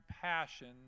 passion